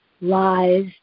lies